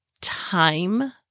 time